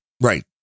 right